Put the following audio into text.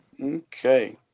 Okay